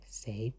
say